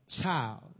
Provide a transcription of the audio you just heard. child